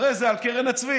הרי זה על קרן הצבי.